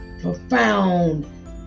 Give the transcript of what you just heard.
profound